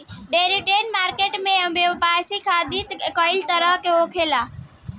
derivative market में व्यापारिक गतिविधि कई तरह से होखेला